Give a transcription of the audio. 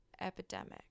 Epidemic